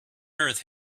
earth